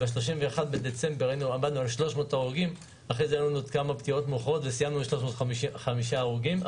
ב-31 בדצמבר עמדנו על 300 הרוגים וסיימנו עם 305 הרוגים.